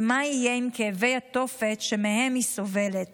ומה יהיה עם כאבי התופת שמהם היא סובלת